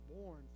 born